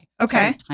Okay